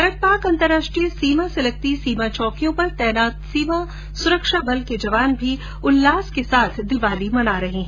भारत पाक अंतर्राष्ट्रीय सीमा से लगती सीमा चौकियों पर तैनात सीमा सुरक्षा बल के जवान भी उल्लास के साथ दीपावली मना रहे है